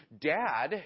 Dad